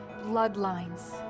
bloodlines